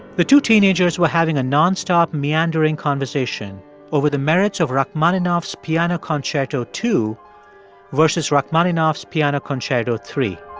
the two teenagers were having a nonstop meandering conversation over the merits of rachmaninoff's piano concerto two versus rachmaninoff's piano concerto three.